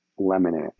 lemonade